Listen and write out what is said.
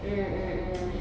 mm mm mm